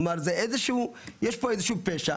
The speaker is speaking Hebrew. כלומר, יש פה איזשהו פשע